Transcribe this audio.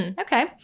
Okay